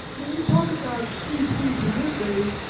when you talk about free speech in this age,